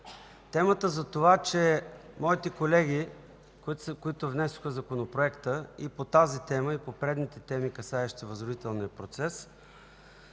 темата за това, че моите колеги, които внесоха Законопроекта и по тази тема, и по предните теми, касаещи Възродителния процес,